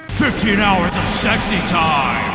fifteen hours of sexy time!